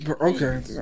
Okay